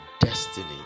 destiny